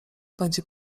będzie